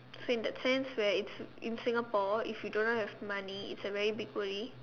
so in that sense where it's in Singapore if you do not have money is a very big worry